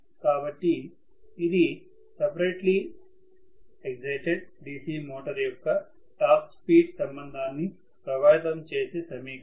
కాబట్టి ఇది separately excited DC motor యొక్క టార్క్ స్పీడ్ సంబంధాన్ని ప్రభావితం చేసే సమీకరణం